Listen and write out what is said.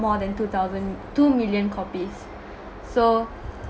more than two thousand two million copies so